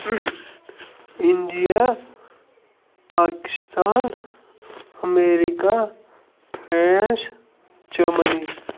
India Pakistan America France Germany